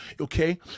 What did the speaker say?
Okay